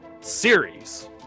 series